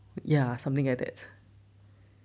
ya something like that ya